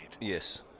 Yes